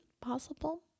possible